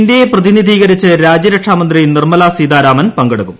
ഇന്ത്യയെ പ്രതിനിധീകരിച്ച് രാജ്യരക്ഷാമന്ത്രി നിർമ്മലാസീതാരാമൻ പങ്കെടുക്കും